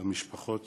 המשפחות